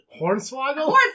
Hornswoggle